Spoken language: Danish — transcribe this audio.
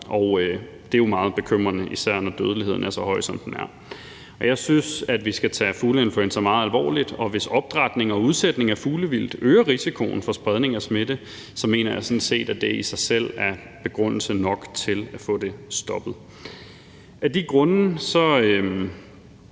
Det er jo meget bekymrende, især når dødeligheden er så høj, som den er. Jeg synes, at vi skal tage fugleinfluenza meget alvorligt, og hvis opdrætning og udsætning af fuglevildt øger risikoen for spredning af smitte, mener jeg sådan set, at det i sig selv er begrundelse nok til at få det stoppet. Af de grunde